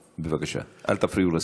בבקשה, אל תפריעו לשר.